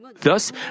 Thus